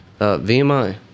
VMI